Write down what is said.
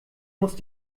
musst